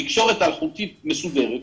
באבו קרינאת נהנים מתקשורת אלחוטית מסודרת,